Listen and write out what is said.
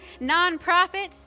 nonprofits